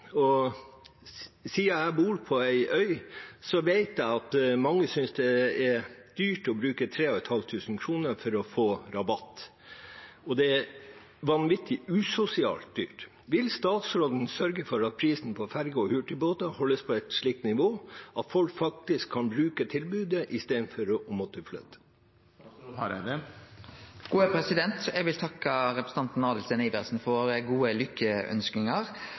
og siden jeg bor på ei øy, så vet jeg at mange syns det å bruke 3 500 kroner for å kunne få rabatt er vanvittig usosialt dyrt. Vil statsråden sørge for at prisen på ferger og hurtigbåter holdes på et slikt nivå at folk faktisk kan bruke tilbudet i stedet for å måtte flytte?» Eg vil takke representanten Adelsten Iversen for gode